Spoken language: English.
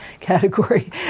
category